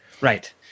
Right